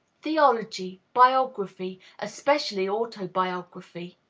theology, biography, especially autobiography,